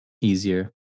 easier